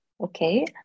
Okay